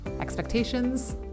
expectations